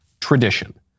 tradition